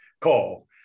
call